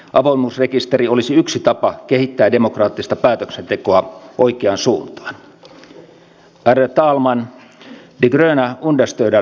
on huomioitava että partiointia on kahden edellisen vaalikauden aikana vähennetty itärajalla jo lähes kolmannes